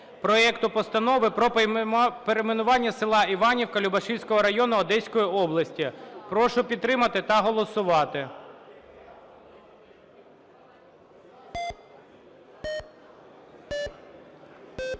проекту Постанови про перейменування села Іванівка Любашівського району Одеської області. Прошу підтримати та голосувати.